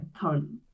current